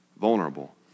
vulnerable